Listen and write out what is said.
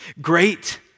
Great